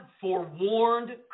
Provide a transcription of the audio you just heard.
forewarned